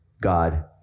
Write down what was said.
God